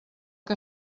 que